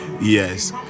Yes